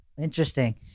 Interesting